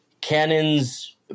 cannons